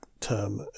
term